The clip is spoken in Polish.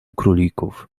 królików